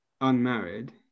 unmarried